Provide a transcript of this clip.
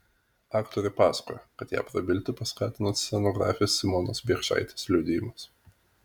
aktorė pasakojo kad ją prabilti paskatino scenografės simonos biekšaitės liudijimas